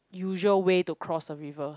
usual way to cross the river